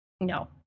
no